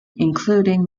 including